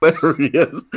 hilarious